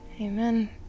Amen